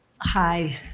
Hi